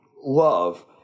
love